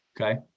okay